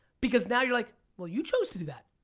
because now you're like, well, you chose to do that.